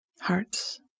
Hearts